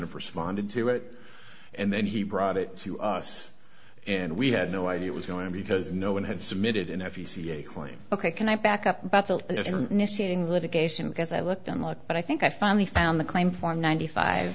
of responded to it and then he brought it to us and we had no idea it was going to be because no one had submitted and if you see a claim ok can i back up about the litigation because i looked and looked but i think i finally found the claim form ninety five